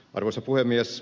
arvoisa puhemies